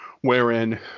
wherein